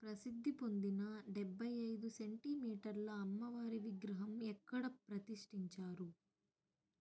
ప్రసిద్ధి పొందిన డెబ్భై ఐదు సెంటీమీటర్ల అమ్మవారి విగ్రహం ఎక్కడ ప్రతిష్టించారు